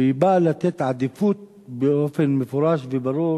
והיא באה לתת עדיפות באופן מפורש וברור